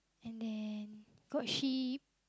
and then got sheep